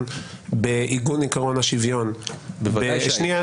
בעיגון עיקרון השוויון --- בוודאי שהייתי.